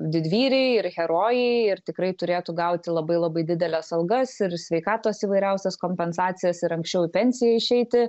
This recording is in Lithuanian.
didvyriai ir herojai ir tikrai turėtų gauti labai labai dideles algas ir sveikatos įvairiausias kompensacijas ir anksčiau į pensiją išeiti